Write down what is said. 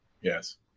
Yes